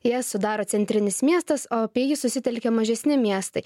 jas sudaro centrinis miestas o apie jį susitelkia mažesni miestai